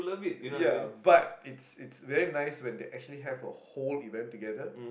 ya but it's it's very nice when they actually have a whole event together